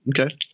Okay